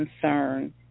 concern